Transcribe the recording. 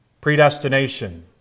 predestination